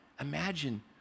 imagine